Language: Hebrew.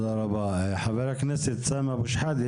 חבר הכנסת סמי אבו שחאדה,